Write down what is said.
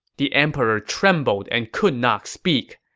the emperor trembled and could not speak.